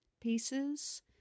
pieces